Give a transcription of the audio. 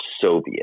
Soviet